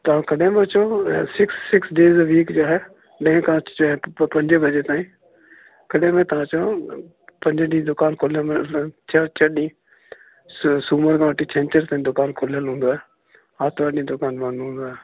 तव्हां कॾहिं बि अचो सिक्स सिक्स डेज विक जो हे लेकिन तव्हां अचिजो पंजे वजे ताईं कॾहिं बि तव्हां अचो पंजे ॾींहुं दुकानु खुलियल छह ॾींहुं सूमर खां वठी छंछर ताईं दुकानु खुलियल हूंदो आहे आर्तवार जी दुकानु बंदि हूंदो आहे